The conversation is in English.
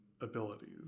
abilities